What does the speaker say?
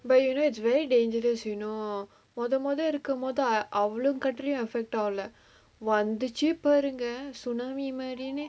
by you know it's very dangerous you know மொத மொத இருக்கும்போது:motha motha irukkumpothu ah அவளோ:avalo country uh effect ஆவு:aavu lah வந்துச்சு பாருங்க:vanthuchu paarunga tsunami மாரினு:maarinu